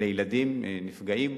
לילדים נפגעים.